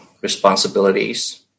responsibilities